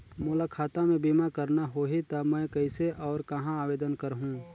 मोला खाता मे बीमा करना होहि ता मैं कइसे और कहां आवेदन करहूं?